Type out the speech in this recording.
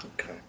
Okay